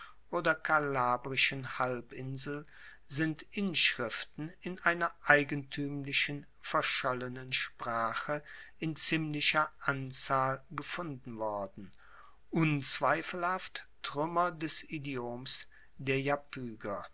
oder kalabrischen halbinsel sind inschriften in einer eigentuemlichen verschollenen sprache in ziemlicher anzahl gefunden worden unzweifelhaft truemmer des idioms der iapyger